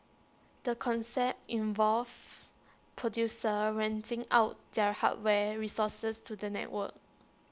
the concept involves producers renting out their hardware resources to the network